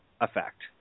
effect